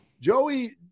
Joey